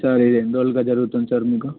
sir ఇది ఎన్ని రోజులుగా జరుగుతుంది సార్ మీకు